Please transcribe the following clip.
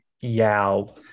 Yao